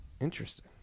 Interesting